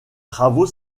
travaux